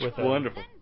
wonderful